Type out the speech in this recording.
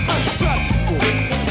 Untouchable